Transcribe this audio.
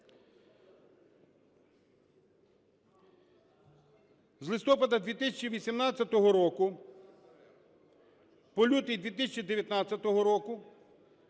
З листопада 2018 року по лютий 2019 року